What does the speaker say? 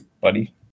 buddy